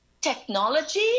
technology